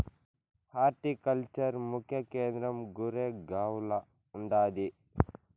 horticulture ముఖ్య కేంద్రం గురేగావ్ల ఉండాది